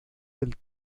del